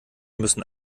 müssen